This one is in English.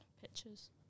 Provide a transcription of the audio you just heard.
pictures